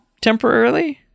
temporarily